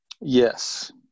Yes